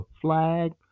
flag